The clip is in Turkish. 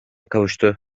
kavuştu